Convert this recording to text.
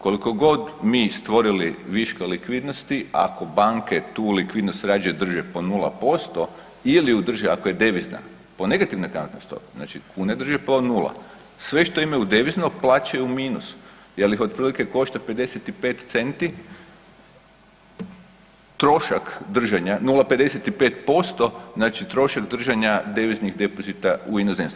Kolko god mi stvorili viška likvidnosti ako banke tu likvidnost rađe drže po 0% ili ju drži ako je devizna po negativnoj kamatnoj stopi, znači kune drži po nula, sve što imaju devizno plaćaju u minusu jel ih otprilike košta 55 centi trošak držanja 0,55%, znači trošak držanja deviznih depozita u inozemstvu.